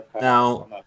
Now